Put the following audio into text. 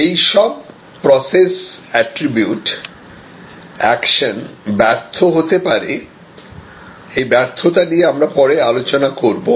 এইসব process attribute action ব্যর্থ হতে পারে এই ব্যর্থতা নিয়ে আমরা পরে আলোচনা করব